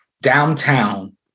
downtown